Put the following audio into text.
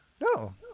No